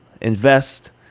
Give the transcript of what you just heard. invest